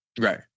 Right